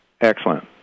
Excellent